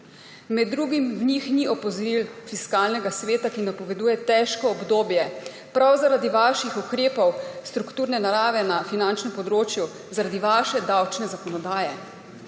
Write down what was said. Med drugim v njih ni opozoril Fiskalnega sveta, ki napoveduje težko obdobje prav zaradi vaših ukrepov strukturne narave na finančnem področju, zaradi vaše davčne zakonodaje.